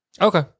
Okay